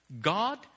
God